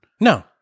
No